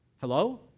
hello